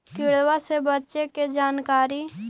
किड़बा से बचे के जानकारी?